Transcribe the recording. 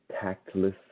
tactless